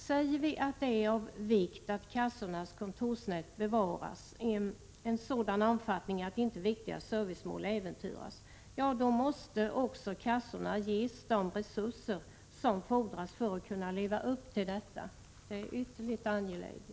Säger vi att det är av vikt att kassornas kontorsnät bevaras i en sådan omfattning att inte viktiga servicemål äventyras, måste också kassorna ges de resurser som fordras för att de skall kunna leva upp till denna målsättning. Detta är ytterst angeläget.